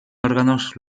órganos